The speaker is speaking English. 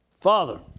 father